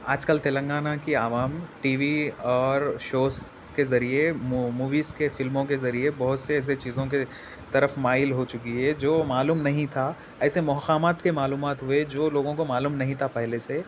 آج کل تلنگانہ کی عوام ٹی وی اور شوز کے ذریعے موویز کے فلموں کے ذریعے بہت سے ایسے چیزوں کے طرف مائل ہو چکی ہے جو معلوم نہیں تھا ایسے مقامات کے معلومات ہوئے جو لوگوں کو معلوم نہیں تھا پہلے سے